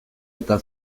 eta